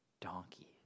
donkey